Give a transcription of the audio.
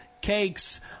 cakes